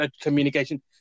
communication